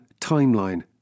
timeline